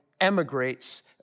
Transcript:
emigrates